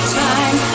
time